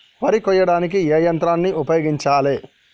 వరి కొయ్యడానికి ఏ యంత్రాన్ని ఉపయోగించాలే?